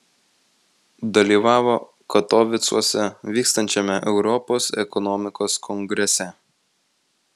dalyvavo katovicuose vykstančiame europos ekonomikos kongrese